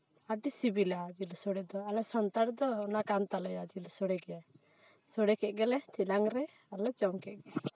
ᱟᱹᱰᱤ ᱥᱤᱵᱤᱞᱟ ᱡᱤᱞ ᱥᱚᱲᱮ ᱫᱚ ᱟᱞᱮ ᱥᱟᱱᱛᱟᱲ ᱫᱚ ᱚᱱᱟ ᱠᱟᱱ ᱛᱟᱞᱮᱭᱟ ᱡᱤᱞ ᱥᱚᱲᱮᱜᱮ ᱥᱚᱲᱮ ᱠᱮᱜ ᱜᱮᱞᱮ ᱪᱮᱞᱟᱝ ᱨᱮ ᱟᱨ ᱞᱮ ᱡᱚᱢ ᱠᱮᱜ ᱜᱮ